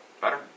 Better